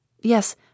Yes